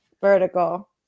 Vertical